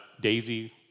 Daisy